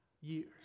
years